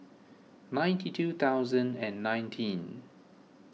ninety two thousand and nineteen